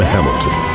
Hamilton